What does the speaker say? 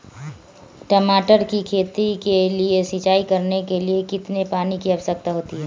टमाटर की खेती के लिए सिंचाई करने के लिए कितने पानी की आवश्यकता होती है?